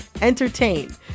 entertain